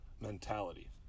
mentality